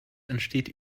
entsteht